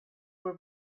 were